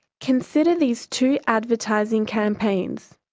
consider these two advertising campaigns.